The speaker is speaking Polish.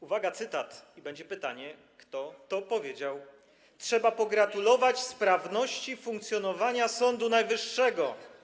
Uwaga, cytat i będzie pytanie, kto to powiedział: Trzeba pogratulować sprawności funkcjonowania Sądu Najwyższego.